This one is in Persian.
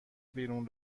بیرون